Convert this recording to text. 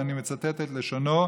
ואני מצטט את לשונו: